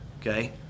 okay